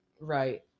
Right